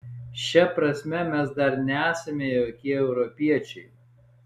šia prasme mes dar nesame jokie europiečiai